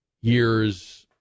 years